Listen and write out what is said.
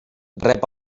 rep